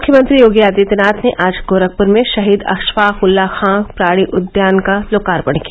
मुख्यमंत्री योगी आदित्यनाथ ने आज गोरखपुर में शहीद अशफाक उल्ला खां प्राणी उद्यान का लोकार्पण किया